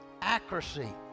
Accuracy